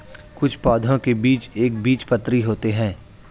कुछ पौधों के बीज एक बीजपत्री होते है